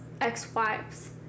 ex-wives